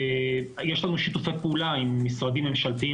יש לנו שיתופי פעולה עם משרדים ממשלתיים